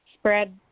spread